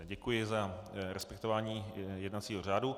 Děkuji za respektování jednacího řádu.